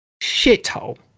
shithole